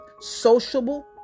sociable